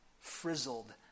frizzled